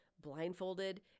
blindfolded